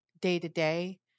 day-to-day